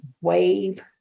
wave